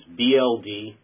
BLD